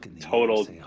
total